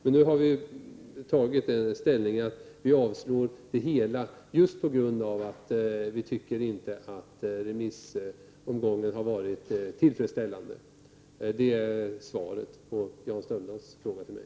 Men nu har vi tagit ställning för att yrka avslag på hela propositionen på grund av att vi inte anser att remissförfarandet har varit tillfredsställande. Det är svaret på Jan Strömdanhls fråga till mig.